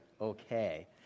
okay